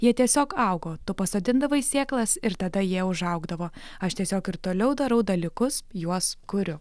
jie tiesiog augo tu pasodindavai sėklas ir tada jie užaugdavo aš tiesiog ir toliau darau dalykus juos kuriu